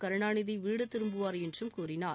கருணாநிதி வீடு திரும்புவார் என்றும் கூறினார்